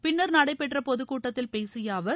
பின்னர் நடைபெற்ற பொதுக் கூட்டத்தில் பேசிய அவர்